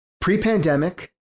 Pre-pandemic